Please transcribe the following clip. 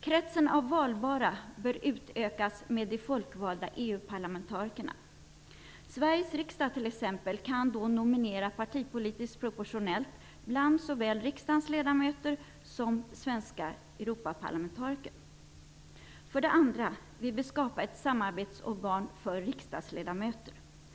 Kretsen av valbara bör utökas med de folkvalda EU-parlamentarikerna. Sveriges riksdag t.ex. kan då nominera partipolitiskt proportionellt bland såväl riksdagens ledamöter som svenska Europaparlamentariker. För det andra vill vi skapa ett samarbetsorgan för riksdagsledamöter.